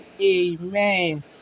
Amen